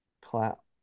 clap